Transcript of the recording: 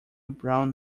brown